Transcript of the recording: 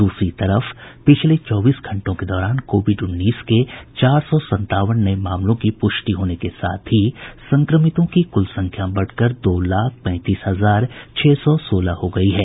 दूसरी तरफ पिछले चौबीस घंटों के दौरान कोविड उन्नीस के चार सौ संतावन नये मामलों की प्रष्टि होने के साथ ही संक्रमितों की कुल संख्या बढ़कर दो लाख पैंतीस हजार छह सौ सोलह हो गयी है